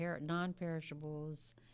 non-perishables